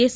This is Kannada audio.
ಎಸ್